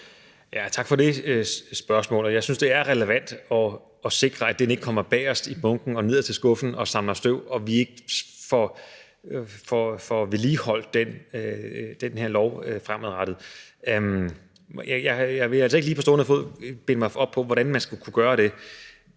Tak for det spørgsmål. Jeg synes, det er relevant at sikre, at den ikke kommer bagest i bunken i den nederste skuffe og ligger og samler støv, så vi ikke får vedligeholdt den her lov fremadrettet. Jeg vil altså ikke lige på stående fod binde mig op på, hvordan man skal kunne gøre det